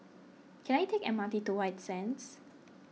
can I take M R T to White Sands